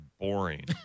boring